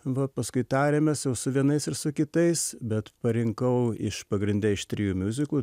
va paskui tarėmės jau su vienais ir su kitais bet parinkau iš pagrinde iš trijų miuziklų